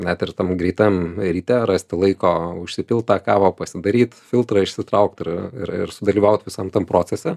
net ir tam greitam ryte rasti laiko užsipilt tą kavą pasidaryt filtrą išsitraukt ir ir ir sudalyvaut visam tam procese